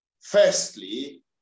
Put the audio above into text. Firstly